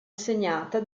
segnata